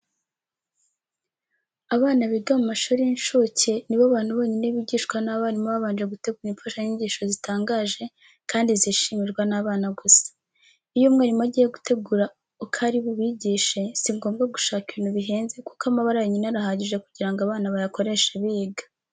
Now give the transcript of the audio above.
Abana biga mu mashuri y'incuke ni bo bantu bonyine bigishwa n'abarimu babanje gutegura imfashanyigisho zitangaje kandi zishimirwa n'abana gusa. Iyo umwarimu agiye gutegura uko ari bubigishe, si ngombwa gushaka ibintu bihenze kuko amabara yonyine arahagije kugira ngo abana bayakoreshe biga.